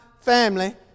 family